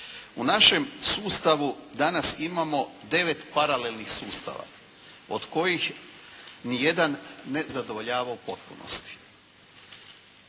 U našem sustavu danas imamo 9 paralelnih sustava od kojih ni jedan ne zadovoljava u potpunosti.